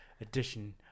edition